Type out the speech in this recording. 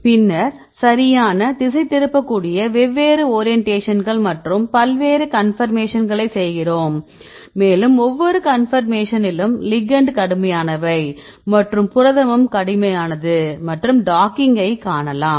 பின்னர் சரியான திசைதிருப்பக்கூடிய வெவ்வேறு ஓரியண்டேஷன்கள் மற்றும் பல்வேறு கன்பர்மேஷன்களை செய்கிறோம் மேலும் ஒவ்வொரு கன்பர்மேஷனிலும் லிகெண்ட் கடுமையானவை மற்றும் புரதமும் கடினமானது மற்றும் டாக்கிங்கை காணலாம்